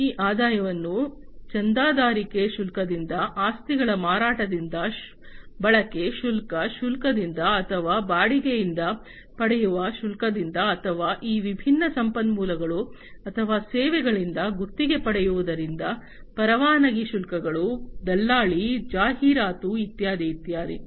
ಈ ಆದಾಯವನ್ನು ಚಂದಾದಾರಿಕೆ ಶುಲ್ಕದಿಂದ ಆಸ್ತಿಗಳ ಮಾರಾಟದಿಂದ ಬಳಕೆ ಶುಲ್ಕ ಶುಲ್ಕದಿಂದ ಅಥವಾ ಬಾಡಿಗೆಯಿಂದ ಪಡೆಯುವ ಶುಲ್ಕದಿಂದ ಅಥವಾ ಈ ವಿಭಿನ್ನ ಸಂಪನ್ಮೂಲಗಳು ಅಥವಾ ಸೇವೆಗಳಿಂದ ಗುತ್ತಿಗೆ ಪಡೆಯುವುದರಿಂದ ಪರವಾನಗಿ ಶುಲ್ಕಗಳು ದಲ್ಲಾಳಿ ಜಾಹೀರಾತು ಇತ್ಯಾದಿ ಇತ್ಯಾದಿ